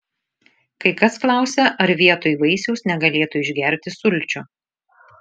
kai kas klausia ar vietoj vaisiaus negalėtų išgerti sulčių